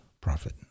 prophet